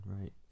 right